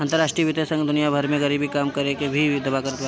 अंतरराष्ट्रीय वित्तीय संघ दुनिया भर में गरीबी कम करे के भी दावा करत बाटे